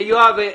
יואב,